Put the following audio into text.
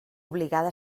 obligada